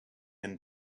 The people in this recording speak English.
and